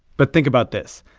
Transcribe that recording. but think about this.